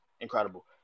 Incredible